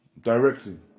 directly